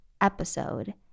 episode